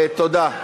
תודה.